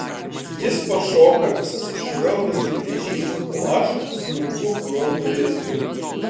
jis pašoka visas išraudęs kaip vėžys o aš smunku pro duris